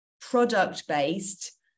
product-based